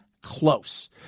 close